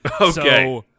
Okay